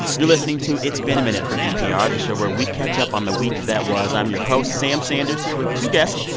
you're listening to it's been a minute from npr, the show where we catch up on the week that was. i'm your host, sam sanders, here with two guests.